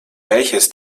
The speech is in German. welches